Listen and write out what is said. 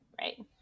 right